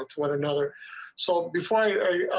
one another so before i